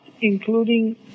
including